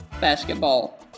Basketball